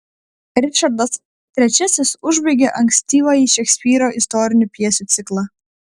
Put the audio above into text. ričardas iii užbaigia ankstyvąjį šekspyro istorinių pjesių ciklą